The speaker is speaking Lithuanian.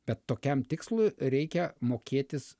bet tokiam tikslui reikia mokėtis